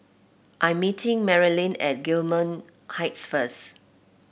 I am meeting Marilyn at Gillman Heights first